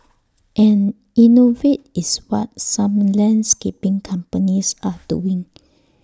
and innovate is what some landscaping companies are doing